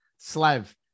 Slev